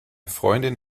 freundin